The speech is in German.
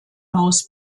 maus